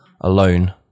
alone